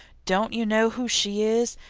don't you know who she is?